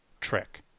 trick